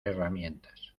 herramientas